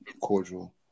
cordial